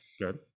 Good